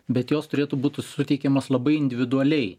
bet jos turėtų būtų suteikiamos labai individualiai